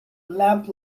lights